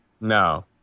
No